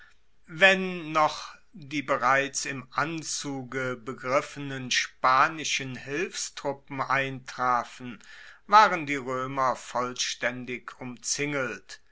wenn noch die bereits im anzuge begriffenen spanischen hilfstruppen eintrafen waren die roemer vollstaendig umzingelt